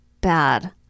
bad